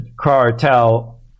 cartel